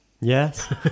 Yes